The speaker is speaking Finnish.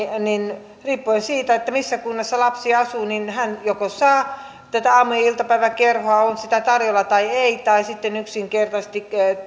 riippuen siitä missä kunnassa lapsi asuu hän joko saa tätä aamu ja iltapäiväkerhoa on sitä tarjolla tai ei tai sitten yksinkertaisesti